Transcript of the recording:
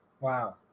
Wow